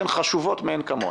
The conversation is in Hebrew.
שהן חשובות מאין כמוהן.